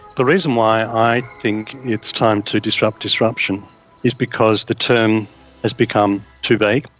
the reason why i think it's time to disrupt disruption is because the term has become too vague.